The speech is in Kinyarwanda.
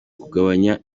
kubandanya